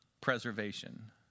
preservation